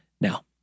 now